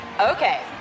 Okay